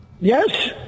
Yes